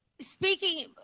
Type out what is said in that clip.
speaking